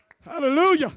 Hallelujah